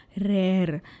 rare